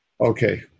Okay